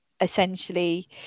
essentially